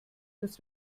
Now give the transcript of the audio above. dass